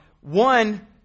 one